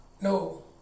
No